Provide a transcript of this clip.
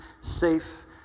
safe